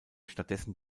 stattdessen